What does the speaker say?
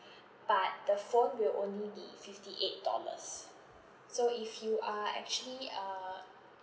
but the phone will only be fifty eight dollars so if you are actually uh